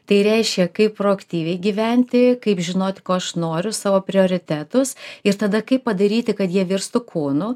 tai reiškia kaip proaktyviai gyventi kaip žinoti ko aš noriu savo prioritetus ir tada kaip padaryti kad jie virstų kūnu